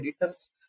editors